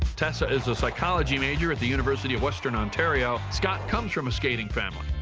tessa is a psychology major at the university of western ontario scott comes from a skating family.